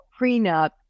prenup